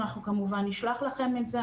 אנחנו כמובן נשלח לכם את זה,